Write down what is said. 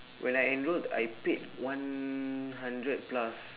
when I enrolled I paid one hundred plus